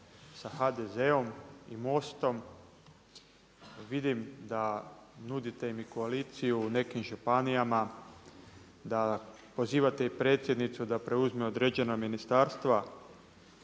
sa HDZ-om i MOST-om. Vidim da nudite im i koaliciju u nekim županijama, da pozivate i predsjednicu da preuzme određena ministarstva.